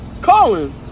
Colin